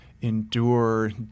Endure